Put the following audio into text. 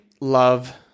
love